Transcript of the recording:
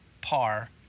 par